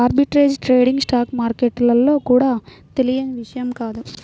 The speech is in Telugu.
ఆర్బిట్రేజ్ ట్రేడింగ్ స్టాక్ మార్కెట్లలో కూడా తెలియని విషయం కాదు